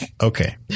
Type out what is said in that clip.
Okay